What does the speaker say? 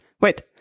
wait